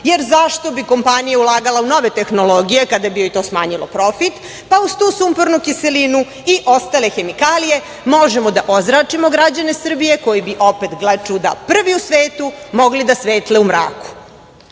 jer zašto bi kompanija ulagala u nove tehnologije kada bi joj to smanjilo profit, pa uz tu sumpornu kiselinu i ostale hemikalije možemo da ozračimo građane Srbije koji bi opet, gle čuda, prvi u svetu mogli da svetle u mraku.